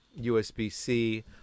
USB-C